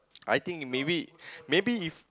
I think you maybe maybe if